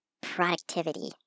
productivity